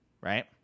Right